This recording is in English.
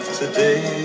today